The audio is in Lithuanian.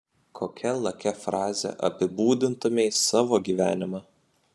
kokia lakia fraze apibūdintumei savo gyvenimą